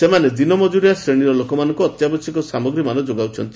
ସେମାନେ ଦିନ ମଜ୍ଚରିଆ ଶ୍ରେଣୀର ଲୋକମାନଙ୍କୁ ଅତ୍ୟାବଶ୍ୟକ ସାମଗ୍ରୀମାନ ଯୋଗାଉଛନ୍ତି